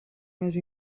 més